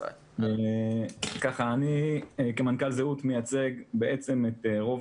אני כמנכ"ל זהות מייצג בעצם את רוב